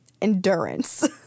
endurance